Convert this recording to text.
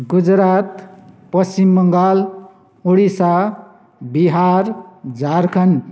Gujarat Paschim Bengal Odisha Bihar Jharkhand